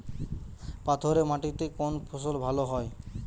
পাথরে মাটিতে কোন ফসল ভালো হয়?